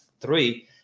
three